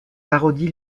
parodie